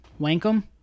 Wankum